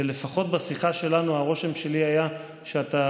ולפחות בשיחה שלנו הרושם שלי היה שאתה